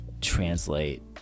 translate